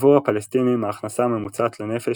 עבור הפלסטינים ההכנסה הממוצעת לנפש